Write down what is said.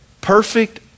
Perfect